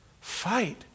Fight